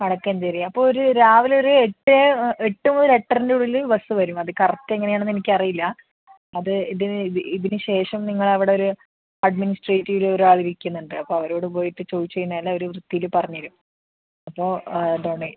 വടക്കാഞ്ചേരി അപ്പോൾ ഒരു രാവിലെ ഒരു എട്ട് ഏട്ടു മുതൽ ഏട്ടരരേൻ്റെ ഉള്ളിൽ ബസ്സ് വരും അത് കറക്റ്റ് എങ്ങനെയാണെന്ന് എനിക്കറിയില്ല അത് ഇത് ഇതിന് ശേഷം നിങ്ങളവിടെയൊരു അഡ്മിനിസ്ട്രേറ്റീവിൽ ഒരാൾ ഇരിക്കുന്നുണ്ട് അപ്പോൾ അവരോടു പോയിട്ട് ചോദിച്ച് കഴിഞ്ഞാൽ അവർ വൃത്തിയിൽ പറഞ്ഞു തരും അപ്പോൾ